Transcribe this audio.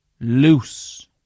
Loose